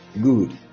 good